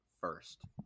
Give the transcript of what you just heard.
first